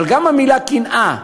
אבל גם המילה "קנאה"